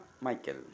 Michael